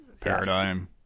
Paradigm